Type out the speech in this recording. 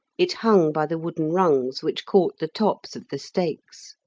it hung by the wooden rungs which caught the tops of the stakes.